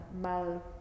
mal